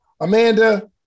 Amanda